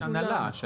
יש ועדת הנהלה.